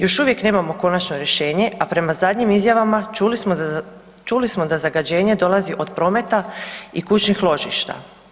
Još uvijek nemamo konačno rješenje, a prema zadnjim izjavama čuli smo da zagađenje dolazi od prometa i kućnih ložišta.